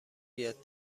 بیاد